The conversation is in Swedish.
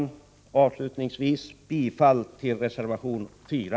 Jag yrkar avslutningsvis bifall till reservation 4.